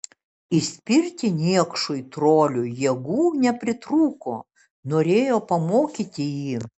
įspirti niekšui troliui jėgų nepritrūko norėjo pamokyti jį